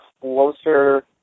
closer